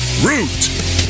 Root